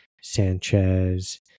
Sanchez